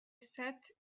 set